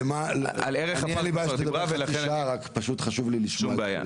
אין לי בעיה רק חשוב לי לשמוע אחרים.